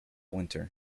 winter